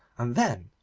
and then,